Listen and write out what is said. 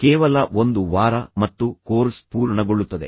ಕೇವಲ ಒಂದು ವಾರ ಮತ್ತು ಕೋರ್ಸ್ ಪೂರ್ಣಗೊಳ್ಳುತ್ತದೆ